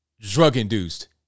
drug-induced